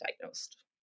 diagnosed